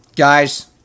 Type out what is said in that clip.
Guys